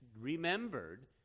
remembered